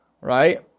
right